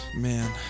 Man